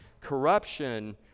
corruption